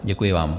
Děkuji vám.